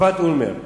מתקופת אולמרט.